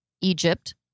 Egypt